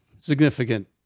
Significant